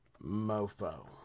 Mofo